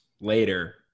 later